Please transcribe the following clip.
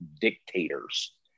dictators